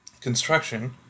construction